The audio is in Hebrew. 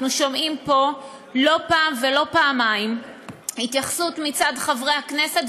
אנחנו שומעים פה לא פעם ולא פעמיים התייחסות מצד חברי הכנסת,